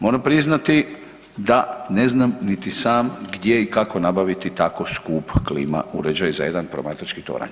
Moram priznati da ne znam niti sam gdje i kako nabaviti tako skup klima uređaj za jedan promatrački toranj.